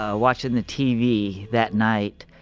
ah watching the tv that night,